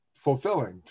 fulfilling